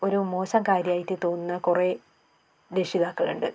ഒരു മോശം കാര്യമായിട്ട് തോന്നുന്ന കുറെ രക്ഷിതാക്കളുണ്ട്